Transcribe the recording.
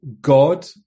God